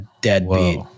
deadbeat